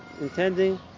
intending